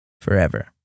Forever